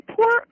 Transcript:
poor